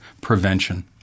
prevention